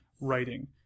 writing